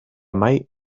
mai